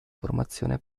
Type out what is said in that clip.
formazione